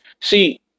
See